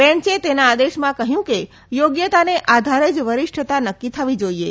બેંચે તેના આદેશમાં કહ્યું કે યોગ્યતાને આધારે જ વરીષ્ઠતા નકકી થવી જોઇએ